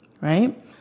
right